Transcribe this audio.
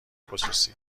خصوصی